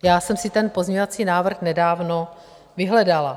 Já jsem si ten pozměňovací návrh nedávno vyhledala.